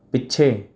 ਪਿੱਛੇ